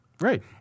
Right